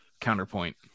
counterpoint